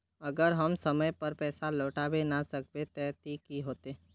अगर हम समय पर पैसा लौटावे ना सकबे ते की होते?